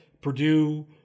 Purdue